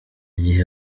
gihe